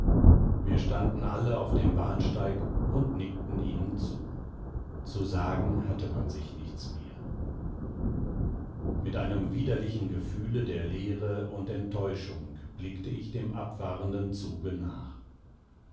wir standen auf dem bahnsteig und nickten ihnen zu zu sagen hatte man sich nichts mehr mit einem widerlichen gefühl der leere und enttäuschung blickte ich dem abfahrenden zuge nach